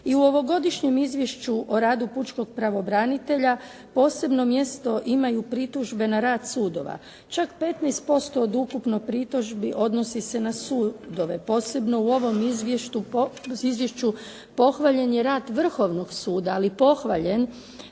I u ovogodišnjem izvješću o radu pučkog pravobranitelja posebno mjesto imaju pritužbe na rad sudova, čak 15% od ukupno pritužbi odnosi se na sudove posebno u ovom izvješću pohvaljen je rad Vrhovnog suda, ali pohvaljen